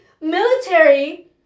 military